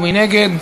מי נגד?